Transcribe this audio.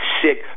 sick